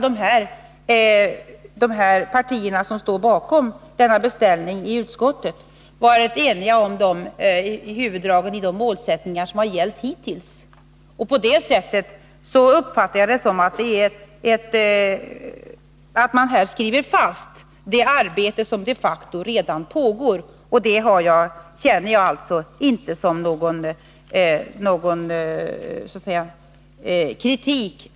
De partier som står bakom denna beställning i utskottet har varit eniga om huvuddragen i de målsättningar som gällt hittills. Därför uppfattar jag det så, att man här skriver fast det arbete som de facto redan pågår. Jag uppfattar alltså inte detta som någon kritik.